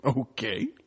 Okay